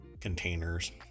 containers